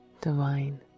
divine